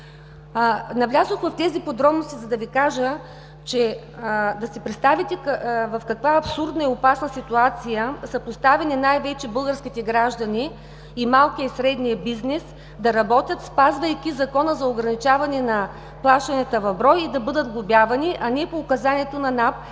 Навлязох в тези подробности, за да си представите в каква абсурдна и опасна ситуация са поставени най-вече българските граждани, да работят малкият и средният бизнес, спазвайки Закона за ограничаване на плащанията в брой и да бъдат глобявани, а не по Указанието на НАП,